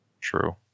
True